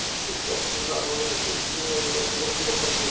ইসনেক গাড় মালে হচ্যে চিচিঙ্গা যেট ইকট পুষ্টিকর সবজি